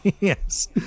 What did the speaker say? yes